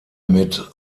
mit